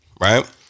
right